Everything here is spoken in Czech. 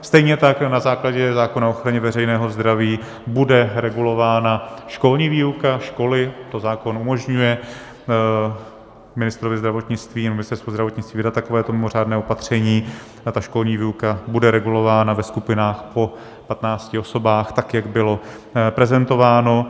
Stejně tak na základě zákona o ochraně veřejného zdraví bude regulována školní výuka, školy, to zákon umožňuje ministrovi zdravotnictví, nebo Ministerstvu zdravotnictví, vydat takovéto mimořádné opatření a školní výuka bude regulována ve skupinách po 15 osobách tak, jak bylo prezentováno.